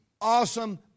awesome